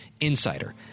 insider